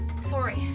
sorry